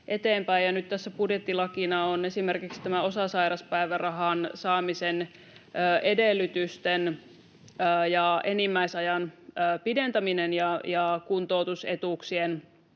nyt tässä budjettilakina on esimerkiksi tämä osasairauspäivärahan saamisen edellytysten ja enimmäisajan pidentäminen ja kuntoutusetuuksien